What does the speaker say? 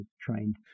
trained